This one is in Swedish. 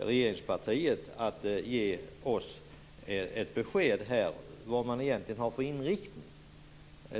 regeringspartiet att ge oss ett besked om inriktningen.